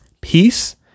peace